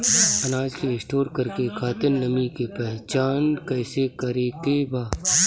अनाज के स्टोर करके खातिर नमी के पहचान कैसे करेके बा?